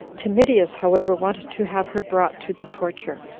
timidius, however, wanted to have her brought to the torture.